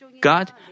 God